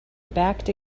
backed